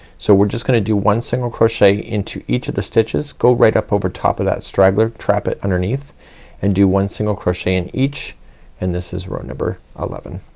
so we're just gonna do one single crochet into each of the stitches. go right up over top of that straggler. trap it underneath and do one single crochet in each and this is row number eleven.